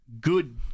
good